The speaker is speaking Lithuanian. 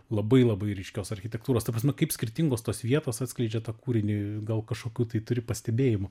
labai labai ryškios architektūros ta prasme kaip skirtingos tos vietos atskleidžia tą kūrinį gal kažkokių tai turi pastebėjimų